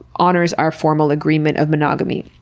honors our formal agreement of monogamy.